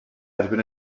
erbyn